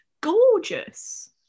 gorgeous